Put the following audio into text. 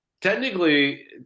Technically